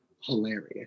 hilarious